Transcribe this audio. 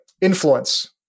Influence